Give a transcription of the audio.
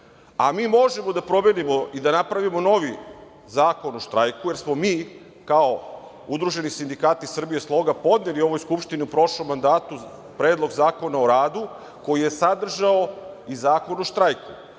a mi možemo da promenimo i da napravimo novi Zakon o štrajku, jer smo mi kao Udruženi sindikati Srbije „Sloga“20/3 GD/MJpodneli u ovoj Skupštini u prošlom mandatu Predlog zakona o radu koji je sadržao i Zakon o štrajku.